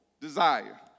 desire